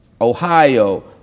Ohio